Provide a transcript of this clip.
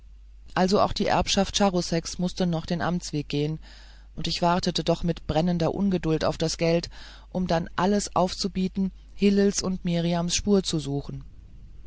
also auch die erbschaft charouseks mußte noch den amtsweg gehen und ich wartete doch mit brennender ungeduld auf das geld um dann alles aufzubieten hillels und mirjams spur zu suchen